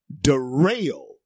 derail